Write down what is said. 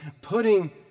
putting